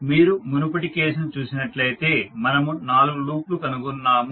మీరు మునుపటి కేసును చూసినట్లయితే మనము 4 లూప్లు కనుగొన్నాము